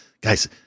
guys